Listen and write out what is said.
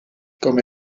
come